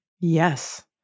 Yes